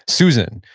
susan,